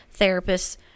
therapists